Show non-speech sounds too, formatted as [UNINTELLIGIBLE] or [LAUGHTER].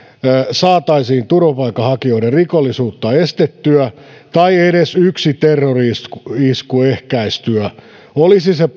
saataisiin turvapaikanhakijoiden rikollisuutta estettyä tai edes yksi terrori isku ehkäistyä olisi se [UNINTELLIGIBLE]